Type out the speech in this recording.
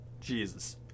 Jesus